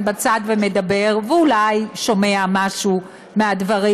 בצד ומדבר ואולי שומע משהו מהדברים,